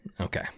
Okay